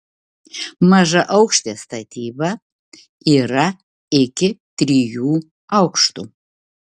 mažaaukštė statyba yra iki trijų aukštų